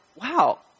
wow